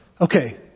Okay